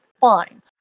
fine